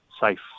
safe